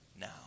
now